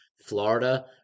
Florida